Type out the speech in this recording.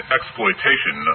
Exploitation